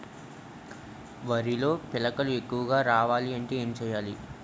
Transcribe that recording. వరిలో పిలకలు ఎక్కువుగా రావాలి అంటే ఏంటి చేయాలి?